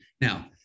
Now